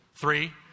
Three